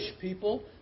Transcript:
people